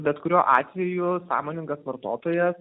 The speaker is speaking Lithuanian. bet kuriuo atveju sąmoningas vartotojas